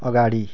अगाडि